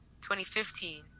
2015